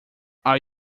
are